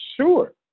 Sure